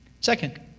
Second